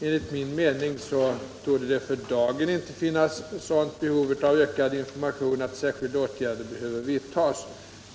Enligt min mening torde det för dagen inte finnas sådant behov av ökad information att särskilda åtgärder behöver vidtas.